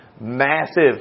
massive